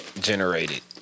generated